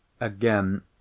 Again